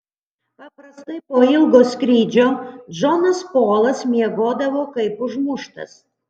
paprastai po ilgo skrydžio džonas polas miegodavo kaip užmuštas